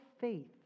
faith